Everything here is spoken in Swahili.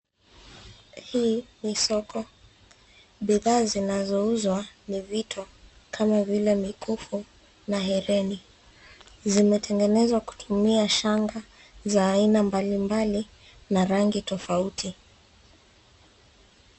Hii ni soko. Bidhaa zinazouzwa ni vitu kama vile mikufu na herini. Zimetengenezwa kutumia shanga za aina mbalimbali na rangi tofauti.